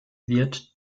wird